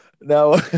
Now